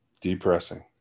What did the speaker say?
depressing